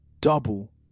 double